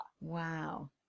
Wow